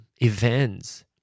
events